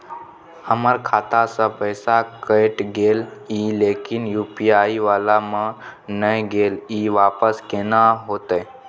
हमर खाता स पैसा कैट गेले इ लेकिन यु.पी.आई वाला म नय गेले इ वापस केना होतै?